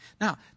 Now